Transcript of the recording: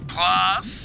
Plus